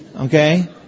Okay